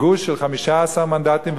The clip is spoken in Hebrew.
גוש של 15 מנדטים,